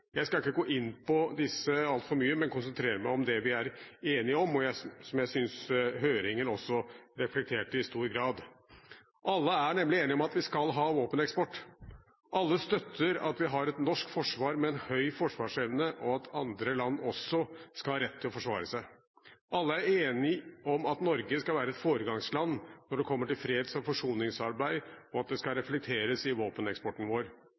Jeg skal ikke gå inn på disse altfor mye, men konsentrere meg om det vi er enige om, og som jeg synes høringen også reflekterte i stor grad. Alle er nemlig enige om at vi skal ha en våpeneksport. Alle støtter at vi har et norsk forsvar med en høy forsvarsevne, og at andre land også skal ha rett til å forsvare seg. Alle er enige om at Norge skal være et foregangsland når det kommer til freds- og forsoningsarbeid, og at det skal reflekteres i våpeneksporten vår.